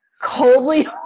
Coldly